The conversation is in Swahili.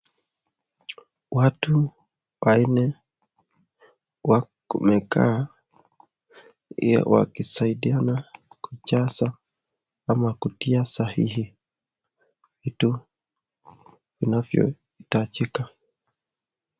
Watu wanne wamekaa wakisaidiana kujaza ama kutia sahihi vitu vinavyoitajika.